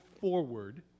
forward